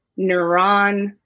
neuron